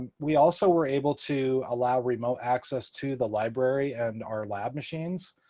we also were able to allow remote access to the library and our lab machines.